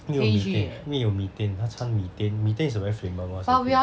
因为有 methane 因为有 methane 他搀 methane methane is a very flammable solution